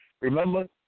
Remember